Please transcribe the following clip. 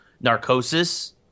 Narcosis